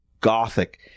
gothic